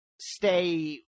stay